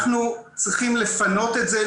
אנחנו צריכים לפנות את זה,